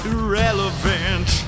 Irrelevant